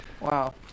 Wow